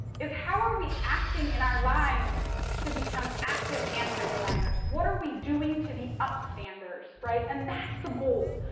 is how are we acting in our lives to become active anti-deniers? what are we doing to be up standers, right? and, that's the goal.